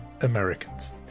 Americans